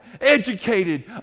educated